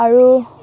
আৰু